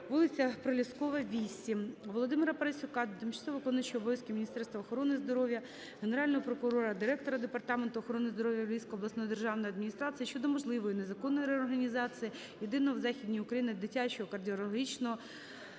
вул. Проліскова, 8. Володимира Парасюка до тимчасово виконуючої обов'язки міністерстра охорони здоров'я, Генерального прокурора, директора Департаменту охорони здоров'я Львівської обласної державної адміністрації щодо можливої незаконної реорганізації єдиного в західній Україні дитячого кардіохірургічного